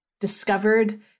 discovered